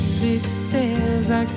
tristeza